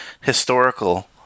historical